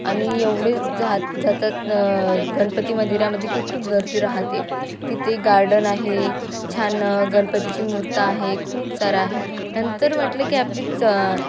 आणि एवढे जात जातात गणपती मंदिरामध्ये की खूप गर्दी राहते तिथे गार्डन आहे छान गणपतीची मूर्त आहे खूप सारा आहे नंतर म्हटलं की आपली च